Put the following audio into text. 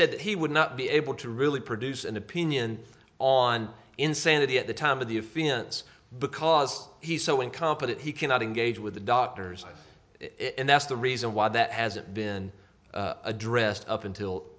said that he would not be able to really produce an opinion on insanity at the time of the offense because he so incompetent he cannot engage with the doctors on it and that's the reason why that hasn't been addressed up until